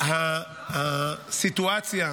שהסיטואציה